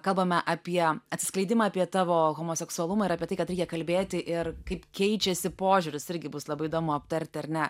kalbame apie atsiskleidimą apie tavo homoseksualumą ir apie tai kad reikia kalbėti ir kaip keičiasi požiūris irgi bus labai įdomu aptarti ar ne